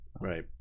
Right